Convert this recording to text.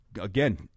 Again